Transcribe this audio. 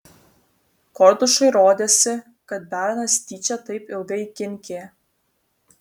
kordušui rodėsi kad bernas tyčia taip ilgai kinkė